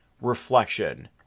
reflection